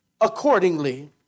accordingly